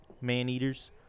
man-eaters